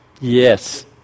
Yes